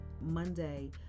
Monday